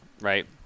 right